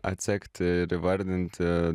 atsekti ir įvardinti